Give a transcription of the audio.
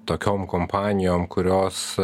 tokiom kompanijom kurios